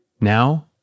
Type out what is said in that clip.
Now